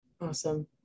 Awesome